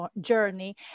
journey